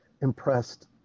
impressed